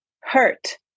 hurt